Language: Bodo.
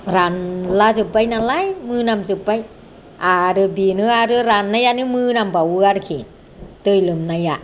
रानला जोब्बाय नालाय मोनामजोब्बाय आरो बेनो आरो राननायानो मोनामबावो आरोखि दै लोमनाया